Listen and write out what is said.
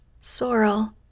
sorrel